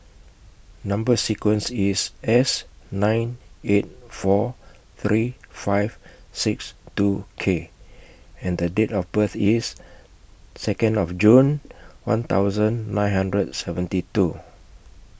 Number sequence IS S nine eight four three five six two K and Date of birth IS Second of June one thousand nine hundred and seventy two